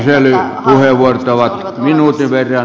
nämä kyselypuheenvuorot ovat minuutin verran